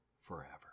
forever